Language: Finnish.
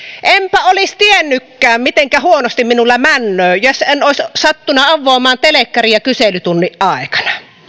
enpä olis tiennykään mitenkä huonosti minulla männöö jos en ois sattuna avvoomaan telekkaria kyselytunnin aikana